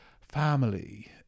family